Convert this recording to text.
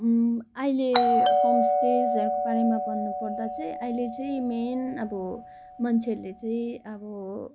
अहिले होमस्टेजहरूको बारेमा भन्नुपर्दा चाहिँ अहिले चाहिँ मेन अब मान्छेहरूले चाहिँ आबो